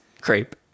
crepe